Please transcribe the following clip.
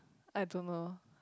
I don't know